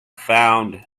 found